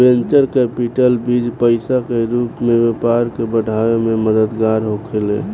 venture capital बीज पईसा के रूप में व्यापार के बढ़ावे में मददगार होखेला